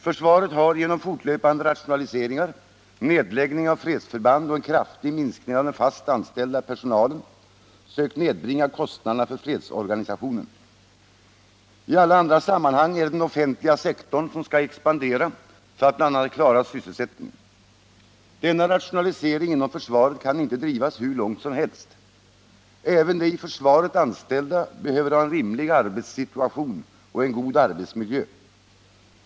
Försvaret har genom fortlöpande rationaliseringar, nedläggning av fredsförband och en kraftig minskning av den fast anställda personalen sökt nedbringa kostnaderna för fredsorganisationen. I alla andra sammanhang är det den offentliga sektorn som skall expandera för att bl.a. klara sysselsättningen. Denna rationalisering inom försvaret kan inte drivas hur långt som helst. Även de i försvaret anställda behöver ha en rimlig arbetssituation och en god arbetsmiljö.